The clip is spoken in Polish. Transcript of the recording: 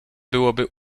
byłoby